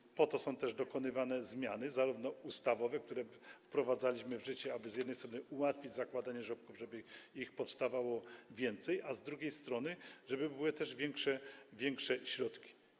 I po to są też dokonywane zmiany ustawowe, które wprowadzaliśmy w życie, aby z jednej strony ułatwić zakładanie żłobków, żeby ich powstawało więcej, a z drugiej strony, żeby były też większe środki.